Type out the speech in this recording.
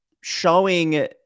showing